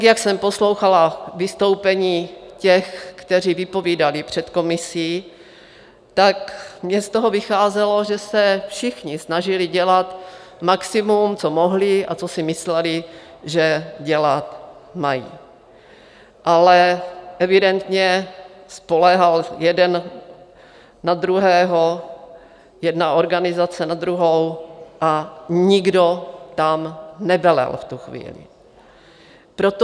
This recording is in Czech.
Jak jsem poslouchala vystoupení těch, kteří vypovídali před komisí, tak mi z toho vycházelo, že se všichni snažili dělat maximum, co mohli a co si mysleli, že dělat mají, ale evidentně spoléhal jeden na druhého, jedna organizace na druhou, a nikdo tam nevelel v tu chvíli.